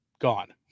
gone